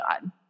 God